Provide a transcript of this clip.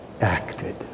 acted